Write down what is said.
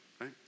right